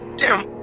damn,